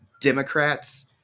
Democrats